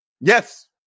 Yes